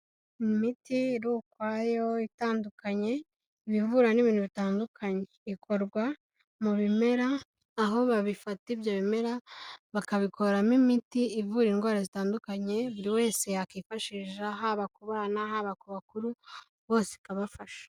Imiti ukwayo itandukanye ibivura n'ibintu bitandukanye ikorwa mu bimera aho babifata ibyo bimera bakabikoramo imiti ivura indwara zitandukanye buri wese yakwifashisha haba kubanaana haba ku bakuru bose ikabafasha.